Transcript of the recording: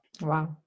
Wow